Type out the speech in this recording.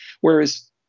Whereas